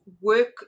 work